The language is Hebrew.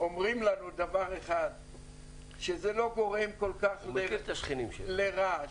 אומרים לנו שזה לא גורם כל כך רעש.